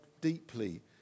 deeply